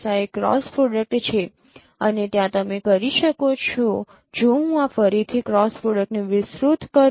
આ એક cross product છે અને ત્યાં તમે કરી શકો છો જો હું ફરીથી આ ક્રોસ પ્રોડક્ટને વિસ્તૃત કરું